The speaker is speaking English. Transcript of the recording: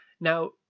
Now